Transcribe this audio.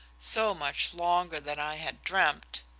so much longer than i had dreamt.